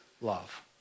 love